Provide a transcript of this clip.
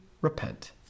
repent